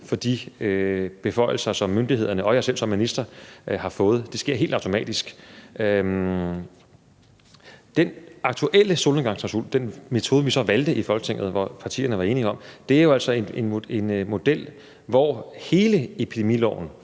for de beføjelser, som myndighederne og jeg selv som minister har fået. Det sker helt automatisk. I forhold til den aktuelle solnedgangsklausul er den metode, som vi så valgte i Folketinget, og som partierne var enige om, jo altså en model, hvor hele epidemiloven